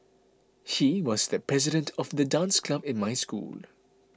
he was the president of the dance club in my school